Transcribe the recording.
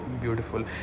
beautiful